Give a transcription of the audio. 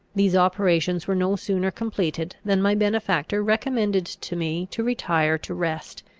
these operations were no sooner completed than my benefactor recommended to me to retire to rest,